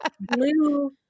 blue